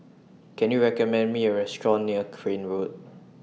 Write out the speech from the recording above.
Can YOU recommend Me A Restaurant near Crane Road